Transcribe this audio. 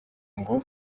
ngo